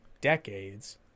decades